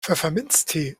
pfefferminztee